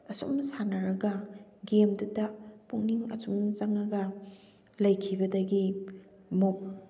ꯑꯁꯨꯝ ꯁꯥꯟꯅꯔꯒ ꯒꯦꯝꯗꯨꯗ ꯄꯨꯛꯅꯤꯡ ꯑꯁꯨꯝ ꯆꯪꯉꯒ ꯂꯩꯈꯤꯕꯗꯒꯤ ꯑꯃꯨꯛ